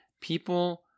people